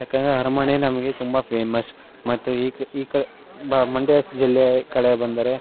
ಯಾಕೆಂದರೆ ಅರಮನೆ ನಮಗೆ ತುಂಬ ಫೇಮಸ್ ಮತ್ತು ಈಗ ಈ ಕ ಮಂಡ್ಯ ಜಿಲ್ಲೆ ಕಡೆ ಬಂದರೆ